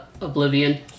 oblivion